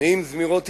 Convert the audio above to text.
נעים זמירות ישראל,